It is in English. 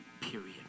period